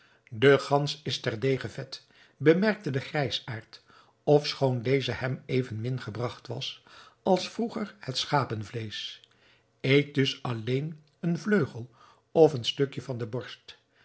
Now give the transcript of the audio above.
de gans is ter dege vet bemerkte de grijsaard ofschoon deze hem evenmin gebragt was als vroeger het schapenvleesch eet dus alleen een vleugel of een stukje van de borst